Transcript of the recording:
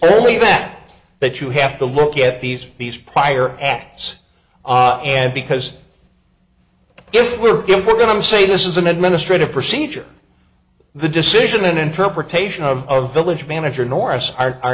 really that that you have to look at these these prior acts and because if we're going we're going to say this is an administrative procedure the decision an interpretation of a village manager nor us are